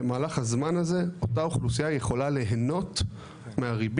במהלך הזמן הזה אותה אוכלוסייה יכולה להנות מהריבית,